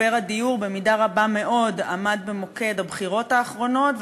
משבר הדיור במידה רבה מאוד עמד במוקד הבחירות האחרונות,